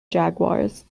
jaguars